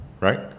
Right